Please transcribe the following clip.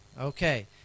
Okay